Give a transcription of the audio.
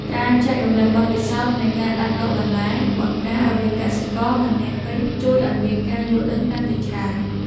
ការចែករំលែកបទពិសោធន៍នៃការដាំដុះបន្លែបង្ការរវាងកសិករ និងអ្នកទិញជួយឱ្យមានការយល់ដឹងកាន់តែច្រើន។